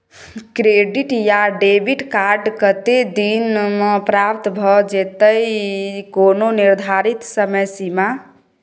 Credit या debit card कत्ते दिन म प्राप्त भ जेतै, कोनो निर्धारित समय सीमा?